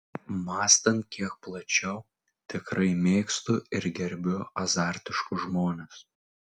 mąstant kiek plačiau tikrai mėgstu ir gerbiu azartiškus žmones